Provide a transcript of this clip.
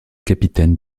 capitaine